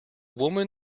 woman